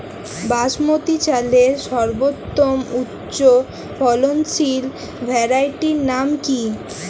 বাসমতী চালের সর্বোত্তম উচ্চ ফলনশীল ভ্যারাইটির নাম কি?